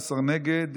19 נגד.